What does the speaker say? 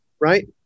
Right